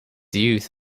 youth